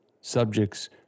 subjects